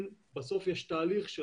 כן בסוף יש תהליך של